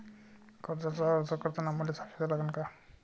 कर्जाचा अर्ज करताना मले साक्षीदार लागन का?